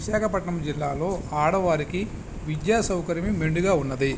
విశాఖ పట్టణం జిల్లాలో ఆడవారికి విద్యా సౌకర్యము మెండుగా ఉన్నది